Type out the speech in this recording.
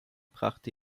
brachte